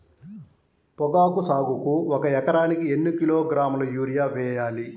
పొగాకు సాగుకు ఒక ఎకరానికి ఎన్ని కిలోగ్రాముల యూరియా వేయాలి?